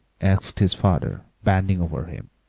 asked his father, bending over him.